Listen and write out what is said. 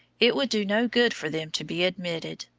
it would do no good for them to be admitted.